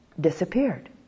disappeared